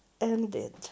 ended